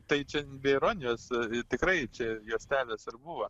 tai čia be ironijos tikrai čia juostelės ir buvo